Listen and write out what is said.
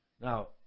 Now